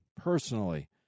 personally